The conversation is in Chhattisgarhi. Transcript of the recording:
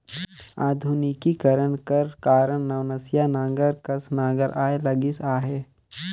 आधुनिकीकरन कर कारन नवनसिया नांगर कस नागर आए लगिस अहे